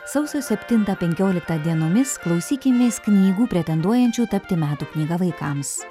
sausio septintą penkioliktą dienomis klausykimės knygų pretenduojančių tapti metų knyga vaikams